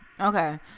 Okay